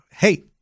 Hey